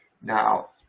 now